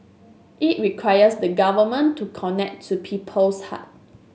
it requires the Government to connect to people's hearts